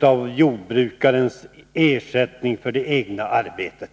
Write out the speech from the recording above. av jordbrukets ersättning för det egna arbetet.